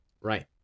Right